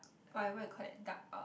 whatever you call that dark